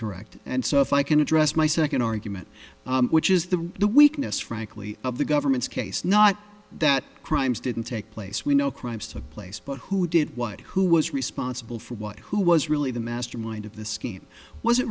correct and so if i can address my second argument which is the the weakness frankly of the government's case not that crimes didn't take place we know crimes took place but who did what who was responsible for what who was really the mastermind